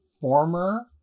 former